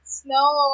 snow